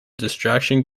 distraction